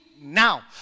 Now